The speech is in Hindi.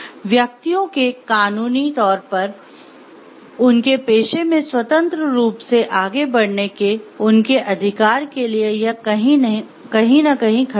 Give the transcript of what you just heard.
व्यक्तियों के कानूनी तौर पर उनके पेशे में स्वतंत्र रूप से आगे बढ़ने के उनके अधिकार लिए यह कहीं न कहीं खतरा है